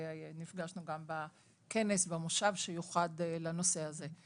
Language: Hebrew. ונפגשנו גם בכנס במושב שיוחד לנושא הזה.